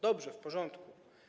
Dobrze, w porządku.